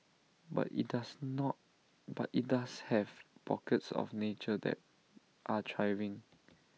but IT does not but IT does have pockets of nature that are thriving